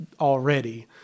already